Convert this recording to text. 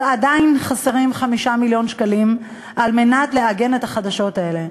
אבל עדיין חסרים 5 מיליון שקלים כדי לעגן את החדשות האלה.